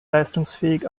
leistungsfähig